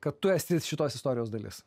kad tu esi šitos istorijos dalis